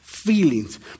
Feelings